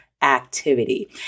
activity